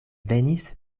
venis